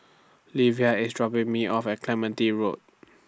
Livia IS dropping Me off At Clementi Road